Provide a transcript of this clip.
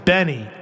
Benny